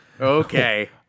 Okay